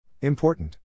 Important